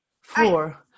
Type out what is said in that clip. four